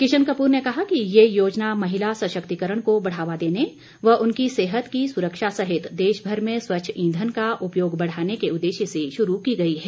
किशन कपूर ने कहा कि ये योजना महिला सशक्तिकरण को बढ़ावा देने व उनकी सेहत की सुरक्षा सहित देशभर में स्वच्छ ईंधन का उपयोग बढ़ाने के उद्देश्य से शुरू की गई है